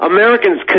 Americans